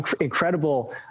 incredible